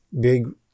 big